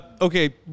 okay